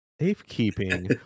safekeeping